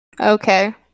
Okay